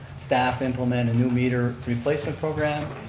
staff implement a new meter replacement program,